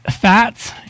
Fats